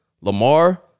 Lamar